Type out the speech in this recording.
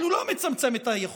אבל הוא לא מצמצם את היכולת,